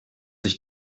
sich